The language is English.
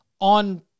on